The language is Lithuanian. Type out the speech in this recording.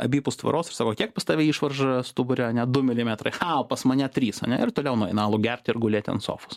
abipus tvoros ir sako kiek pas tave išvarža stubure ane du milimetrai cha o pas mane trys ane ir toliau nueina alų gert ir gulėti ant sofos